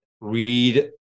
read